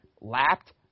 lapped